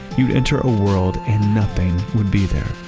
you'd enter a world and nothing would be there.